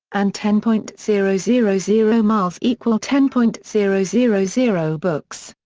and ten point zero zero zero miles equal ten point zero zero zero books.